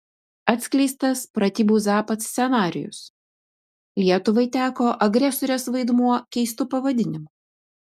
atskleistas pratybų zapad scenarijus lietuvai teko agresorės vaidmuo keistu pavadinimu